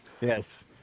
Yes